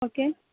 okay